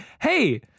hey